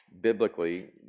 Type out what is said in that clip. biblically